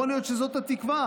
יכול להיות שזאת התקווה,